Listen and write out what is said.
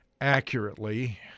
accurately